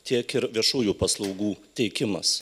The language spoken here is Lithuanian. tiek ir viešųjų paslaugų teikimas